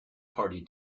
party